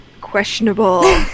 questionable